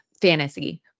fantasy